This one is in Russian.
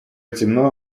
темно